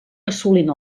assolint